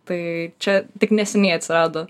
tai čia tik neseniai atsirado